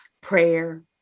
prayer